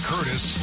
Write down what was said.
Curtis